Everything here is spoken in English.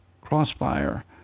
Crossfire